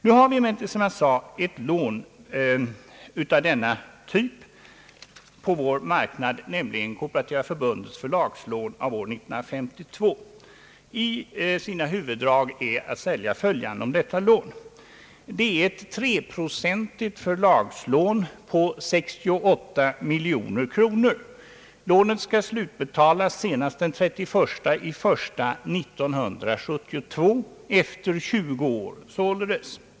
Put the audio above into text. Nu har vi, som jag sade, på vår marknad ett lån av denna typ, nämligen Kooperativa förbundets förlagslån av år 1952. Om detta lån är i huvudsak följande att säga. Det är ett 3-procentigt förlagslån på 68 miljoner kronor. Lånet skall slutbetalas senast den 31 januari 1972, således efter 20 år.